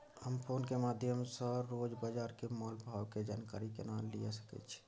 हम फोन के माध्यम सो रोज बाजार के मोल भाव के जानकारी केना लिए सके छी?